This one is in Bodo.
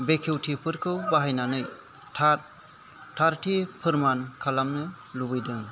बेखेवथिफोरखौ बाहायनानै थार थारथि फोरमान खालामनो लुबैदों